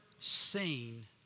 seen